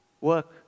work